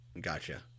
Gotcha